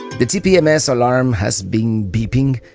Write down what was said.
the tpms alarm has been beeping.